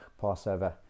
Passover